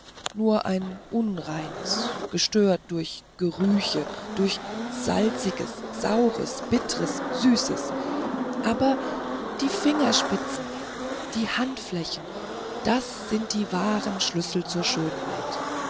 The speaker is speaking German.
nur ein unreines gestört durch gerüche und durch salziges saueres bitteres süßes aber die fingerspitzen die handflächen das sind die wahren schlüssel zur schönheit